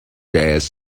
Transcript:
jazz